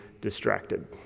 distracted